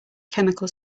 chemical